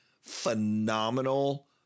phenomenal